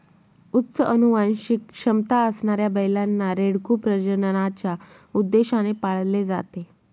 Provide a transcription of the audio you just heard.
उच्च अनुवांशिक क्षमता असणाऱ्या बैलांना, रेडकू प्रजननाच्या उद्देशाने पाळले जाते